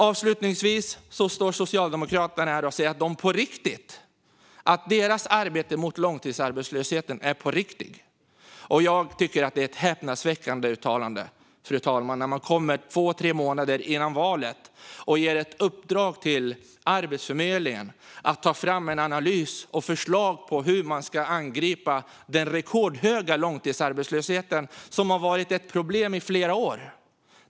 Avslutningsvis står Socialdemokraterna här och säger att deras arbete mot långtidsarbetslösheten är på riktigt. Jag tycker att det är ett häpnadsväckande uttalande, fru talman, när man kommer två tre månader före valet och ger ett uppdrag till Arbetsförmedlingen att ta fram en analys och förslag på hur man ska angripa den rekordhöga långtidsarbetslösheten, som har varit ett problem i flera år.